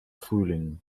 frühling